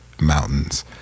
mountains